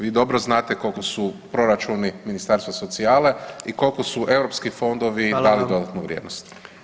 Vi dobro znate koliko su proračuni ministarstva socijale i koliko su europski fondovi dali dodatnu vrijednost.